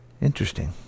Interesting